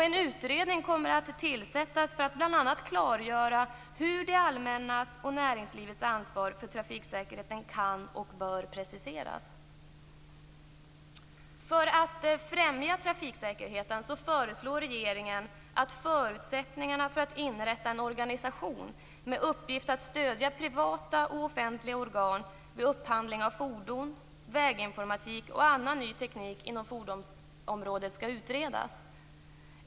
En utredning kommer att tillsättas för att bl.a. klargöra hur det allmännas och näringslivets ansvar för trafiksäkerheten kan och bör preciseras. För att främja trafiksäkerheten föreslår regeringen att förutsättningarna för att inrätta en organisation med uppgift att stödja privata och offentliga organ vid upphandling av fordon, väginformatik och annan ny teknik inom fordonsområdet skall utredas.